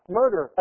murder